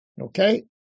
Okay